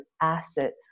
asset